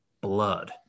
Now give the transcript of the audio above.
blood